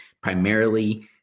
primarily